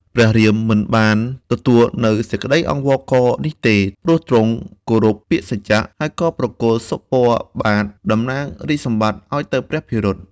ព្រះរាម មិនបានទទួលនូវសេចក្តីអង្វរករនេះទេ ព្រោះទ្រង់គោរពពាក្យសច្ចៈ ហើយក៏ប្រគល់សុពណ៌បាទតំណាងរាជ្យសម្បត្តិ ឱ្យទៅព្រះភិរុត។